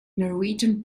norwegian